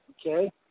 Okay